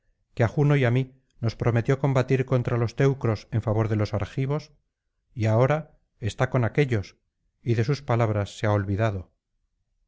que á juno y á mí nos prometió combatir contra los teucros en favor de los argivos y ahora está con aquéllos y de sus palabras se ha olvidado